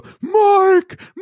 Mark